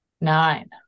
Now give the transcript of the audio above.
Nine